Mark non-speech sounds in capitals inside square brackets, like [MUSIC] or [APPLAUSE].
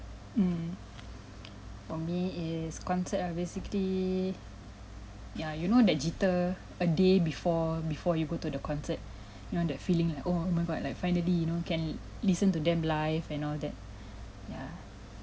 mm for me is concert ah basically ya you know that jitter a day before before you go to the concert [BREATH] you know that feeling like oh my god like finally you know can listen to them live and all that ya